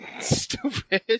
stupid